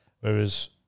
Whereas